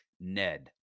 Ned